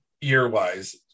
year-wise